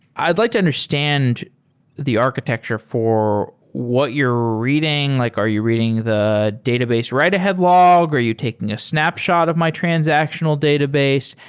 i'd like to understand the architecture for what you're reading. like are you reading the database write-ahead log? are you taking a snapshot of my transactional database?